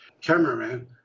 cameraman